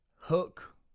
hook